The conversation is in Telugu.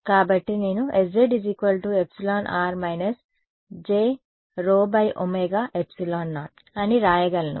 కాబట్టి నేను sz εr jσωε0 అని వ్రాయగలను